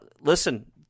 Listen